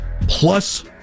Plus